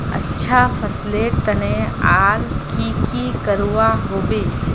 अच्छा फसलेर तने आर की की करवा होबे?